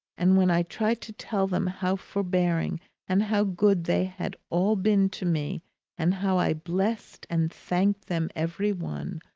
and when i tried to tell them how forbearing and how good they had all been to me and how i blessed and thanked them every one,